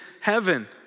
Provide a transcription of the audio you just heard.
heaven